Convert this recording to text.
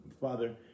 Father